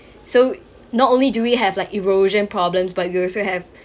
so not only do we have like erosion problems but you also have